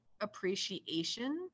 appreciation